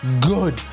good